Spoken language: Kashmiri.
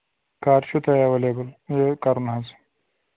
کَر چھُو تۅہہِ ایٚویلیبٔل یہِ کَرُن حظ